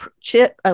chip